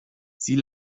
sie